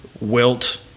Wilt